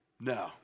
No